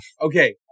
Okay